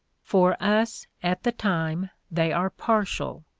for us at the time they are partial.